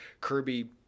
Kirby